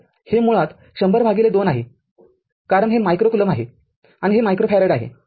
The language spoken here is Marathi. तर हे मुळात १०० भागिले २ आहे कारण हे मायक्रो कुलोम आहे आणि हे मायक्रोफॅरेड आहे